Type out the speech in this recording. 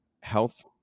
health